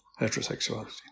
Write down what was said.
heterosexuality